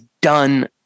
Done